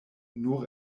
nur